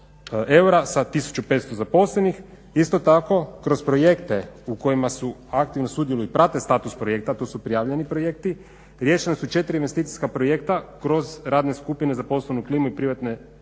eura sa 1500 zaposlenih. Isto tako kroz projekte u kojima su, aktivno sudjeluju i prate status projekta, to su prijavljeni projekti, riješena su četiri investicijska projekta kroz radne skupine za poslovnu klimu i privatne projekte